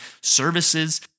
services